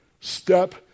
Step